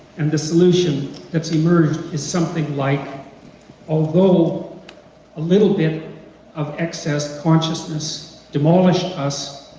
and the solution that's emerged is something like although a little bit of excess consciousness demolish us,